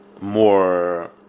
more